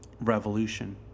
revolution